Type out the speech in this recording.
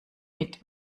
mit